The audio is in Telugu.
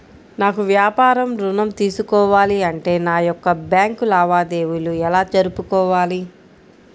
నాకు వ్యాపారం ఋణం తీసుకోవాలి అంటే నా యొక్క బ్యాంకు లావాదేవీలు ఎలా జరుపుకోవాలి?